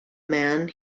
man